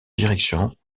direction